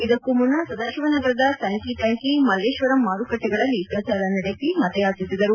ಇದಕ್ಕೂ ಮುನ್ನ ಸದಾಶಿವನಗರದ ಸ್ಯಾಂಕಿ ಟ್ಯಾಂಕಿ ಮಲ್ಲೇಶ್ವರಂ ಮಾರುಕಟ್ಟೆಗಳಲ್ಲಿ ಪ್ರಚಾರ ನಡೆಸಿ ಮತಯಾಚಿಸಿದರು